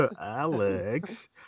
Alex